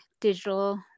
digital